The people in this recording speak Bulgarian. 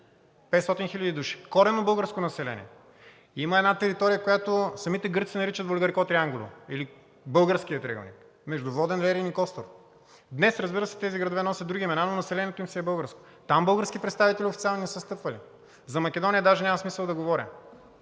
500 хиляди души коренно българско население! Има една територия, която самите гърци наричат… (на гръцки език) или Българския триъгълник – между Воден, Лерин и Костур. Днес, разбира се, тези градове носят други имена, но населението им е все българско. Там български представители официално не са стъпвали. За Македония даже няма смисъл да говоря.